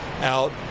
out